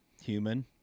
human